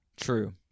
True